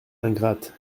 ingrate